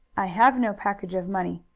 i have no package of money.